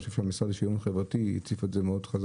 אני חושב שהמשרד לשיווין חברתי הציף את זה מאוד חזק,